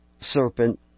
serpent